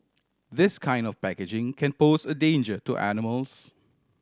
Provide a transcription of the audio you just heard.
this kind of packaging can pose a danger to animals